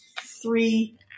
three